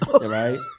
Right